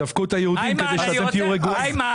דפקו את היהודים כדי שאתם תהיו רגועים.